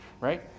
right